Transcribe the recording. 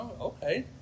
Okay